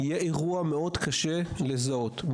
יהיה אירוע מאוד קשה בזיהוי.